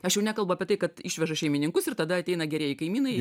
aš jau nekalbu apie tai kad išveža šeimininkus ir tada ateina gerieji kaimynai